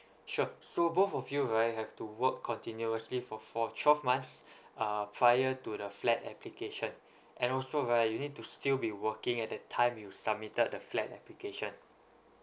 sure so both of you right have to work continuously for for twelve months uh prior to the flat application and also right you need to still be working at the time you submitted the flat application